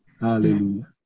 Hallelujah